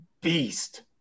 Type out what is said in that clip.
beast